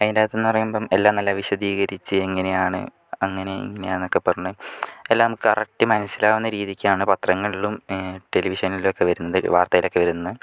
അതിൻ്റെ അകത്ത് എന്ന് പറയുമ്പോൾ എല്ലാം നല്ല വിശദീകരിച്ച് എങ്ങനെയാണ് അങ്ങനെ ഇങ്ങനെയാന്നൊക്കെ പറഞ്ഞ് എല്ലാം കറക്റ്റ് മനസ്സിലാകുന്ന രീതിക്കാണ് പത്രങ്ങളിലും ടെലിവിഷനിലൊക്കെ വരുന്നത് വാർത്തയിലോക്കെ വരുന്നത്